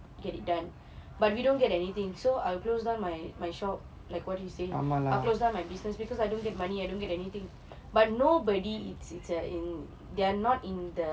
get it done but if you don't get anything so I'll close down my my shop like what you are saying close down my business because I get money I don't get anything but nobody eats they are not in the